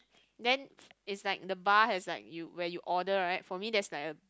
then it's like the bar has like you where you order right for me there's like a